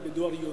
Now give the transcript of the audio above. בבקשה.